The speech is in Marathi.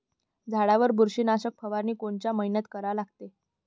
झाडावर बुरशीनाशक फवारनी कोनच्या मइन्यात करा लागते?